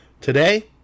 Today